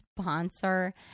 sponsor